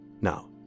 Now